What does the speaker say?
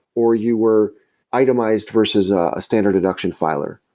or you were itemized versus a standard deduction filer.